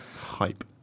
Hype